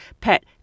pet